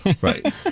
Right